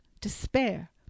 despair